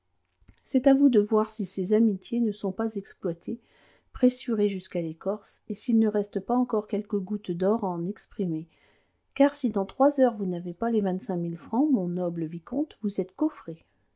c'est à vous de voir si ces amitiés ne sont pas exploitées pressurées jusqu'à l'écorce et s'il ne reste pas encore quelques gouttes d'or à en exprimer car si dans trois heures vous n'avez pas les vingt-cinq mille francs mon noble vicomte vous êtes coffré